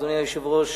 אדוני היושב-ראש,